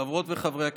חברות וחברי כנסת,